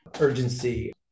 urgency